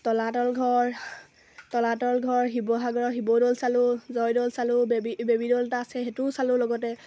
তলাতল ঘৰ তলাতল ঘৰ শিৱসাগৰৰ শিৱদৌল চালোঁ জয়দৌল চালোঁ বেবী দেৱী দৌল এটা আছে সেইটোও চালোঁ লগতে